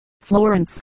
Florence